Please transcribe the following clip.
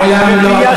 וביישת,